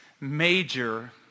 major